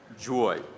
joy